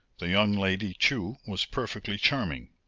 the young lady, too, was perfectly charming.